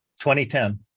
2010